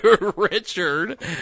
Richard